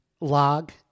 log